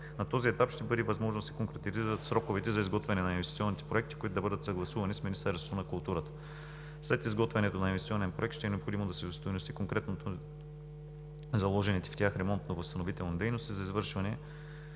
На този етап ще бъде възможно да се конкретизират сроковете за изготвяне на инвестиционните проекти, които да бъдат съгласувани с Министерството на културата. След изготвянето на инвестиционен проект ще е необходимо да се остойностят конкретно заложените в тях ремонтно-възстановителни дейности и да